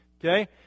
okay